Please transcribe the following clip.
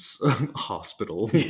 hospital